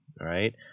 right